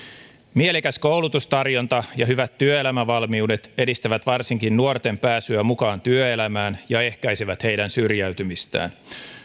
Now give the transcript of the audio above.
mielekäs koulutustarjonta ja hyvät työelämävalmiudet edistävät varsinkin nuorten pääsyä mukaan työelämään ja ehkäisevät heidän syrjäytymistään